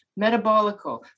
Metabolical